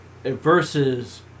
Versus